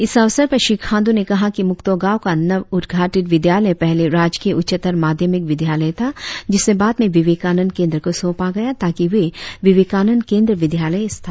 इस अवसर पर श्री खांडू ने कहा कि मुक्तो गाँव का नव उद्घाटित विद्यालय पहले राजकीय उच्चतर माध्यमिक विद्यालय था जिसे बाद में विवेकानन्द केंद्र को सौपा गया ताकि वे विवेकानन्द केंद्रीय विद्यालय स्थापित कर सके